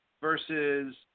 versus